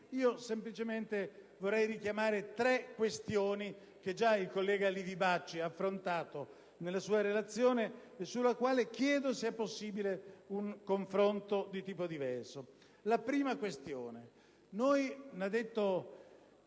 i flussi, vorrei richiamare tre questioni che già il collega Livi Bacci ha affrontato nella sua relazione e sulle quali chiedo se è possibile un confronto di tipo diverso. Prima questione.